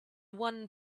one